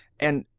and,